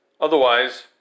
otherwise